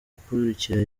gukurikira